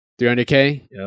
300k